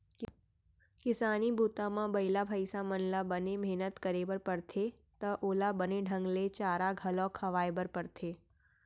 किसानी बूता म बइला भईंसा मन ल बने मेहनत करे बर परथे त ओला बने ढंग ले चारा घलौ खवाए बर परथे